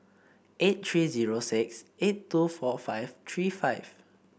eight three zero six eight two four five three five